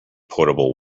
potable